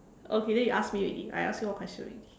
okay then you ask me already I ask you one question already